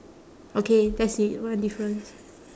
okay that's it one difference